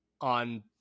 on